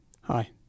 Hi